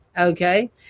okay